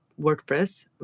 WordPress